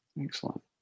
Excellent